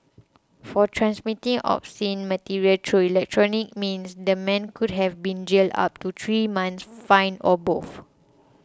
for transmitting obscene material through electronic means the man could have been jailed up to three months fined or both